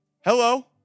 Hello